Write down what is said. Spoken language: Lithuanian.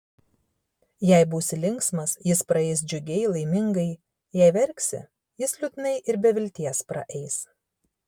jei būsi linksmas jis praeis džiugiai laimingai jei verksi jis liūdnai ir be vilties praeis